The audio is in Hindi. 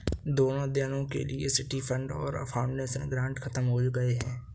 दोनों अध्ययनों के लिए सिटी फंड और फाउंडेशन ग्रांट खत्म हो गए हैं